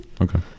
Okay